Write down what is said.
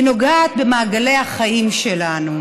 היא נוגעת במעגלי החיים שלנו,